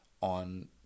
on